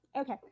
Okay